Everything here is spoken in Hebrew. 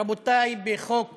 רבותי, בחוק